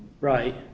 Right